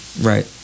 Right